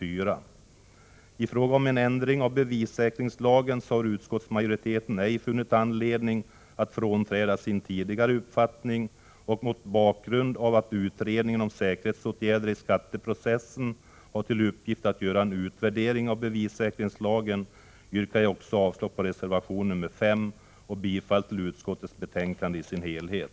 När det gäller frågan om en ändring av bevissäkringslagen har utskottsmajoriteten ej funnit anledning att frånträda sin tidigare uppfattning, och mot bakgrund av att utredningen om säkerhetsåtgärder i skatteprocessen har till uppgift att göra en utvärdering av bevissäkringslagen yrkar jag avslag också på reservation nr 5 och bifall till utskottets hemställan i dess helhet.